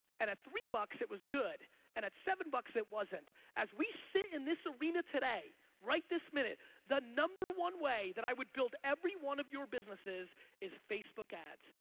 and a three bucks it was good and at seven bucks it wasn't as we sit in this arena today right this minute the number one way that i would build every one of your businesses is facebook ads.